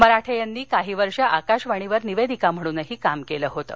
मराठे यांनी काही वर्ष आकाशवाणीवर निवेदिका म्हणूनही काम केलं होतं